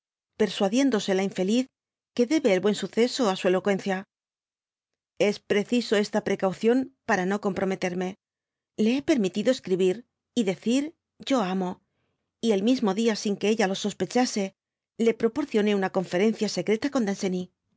persuadiéndose la infeliz que debe el buen suceso á su eloqüencia es preciso esta precaución para no comprometerme le hé permitido escribir y decirlo amo y el mismo dia sin que ella lo sospechase le proporcioné una conferencia secreta con